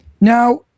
Now